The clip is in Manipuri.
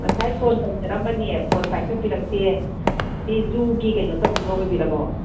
ꯉꯁꯥꯏ ꯐꯣꯟ ꯇꯧꯖꯔꯛꯑꯝꯕꯅꯦ ꯐꯣꯟ ꯄꯥꯏꯈꯠꯄꯤꯔꯛꯇꯦ ꯁꯤ ꯖꯨꯒꯤ ꯀꯩꯅꯣ ꯇꯧꯕꯤꯕ ꯑꯣꯏꯕꯤꯔꯕꯣ